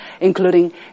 including